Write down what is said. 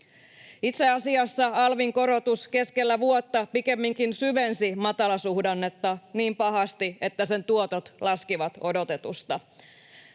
Itse asiassa alvin korotus keskellä vuotta pikemminkin syvensi matalasuhdannetta niin pahasti, että sen tuotot laskivat odotetusta.